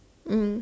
mm